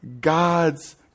God's